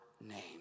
name